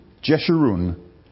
Jeshurun